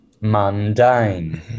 mundane